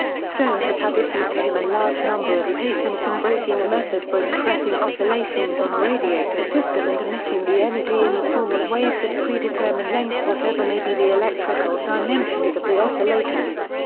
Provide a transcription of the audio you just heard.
stone has had issued to him a large number of patents embracing a method for impressing oscillations on a radiator system and emitting the energy in the form of waves of predetermined length whatever may be the electrical dimensions of the oscillator.